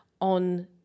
on